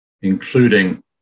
including